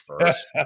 first